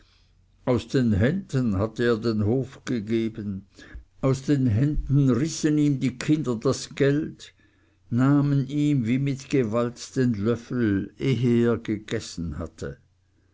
aus den händen hatte er den hof gegeben aus den händen rissen ihm die kinder das geld nahmen ihm wie mit gewalt den löffel ehe er gegessen hatte